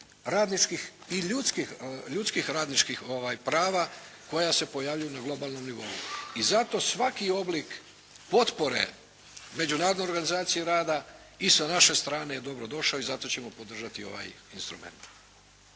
i ljudskih radničkih prava koja se pojavljuju na globalnom nivou. I zato svaki oblik potpore Međunarodnoj organizaciji rada i sa naše strane je dobrodošao i zato ćemo podržati ovaj instrument.